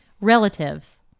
Relatives